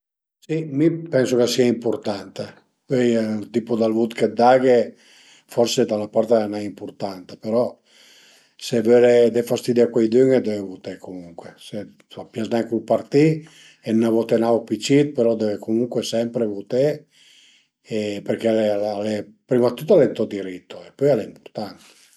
Si mi pensu ch'a sia impurtanta, pöi ël tipo del vut che daghe forse da 'na part al e menu ëmpurtanta, però se völe de fastidi a cuaidün deve vuté comuncue, s'a t'pias nen cul partì e n'a vote n'aut pi cit però deve comuncue sempre vuté perché prima dë tüt al e to diritto e pöi al ëmpurtant